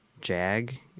JAG